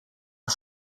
are